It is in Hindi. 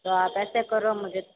तो आप ऐसे करो मुझे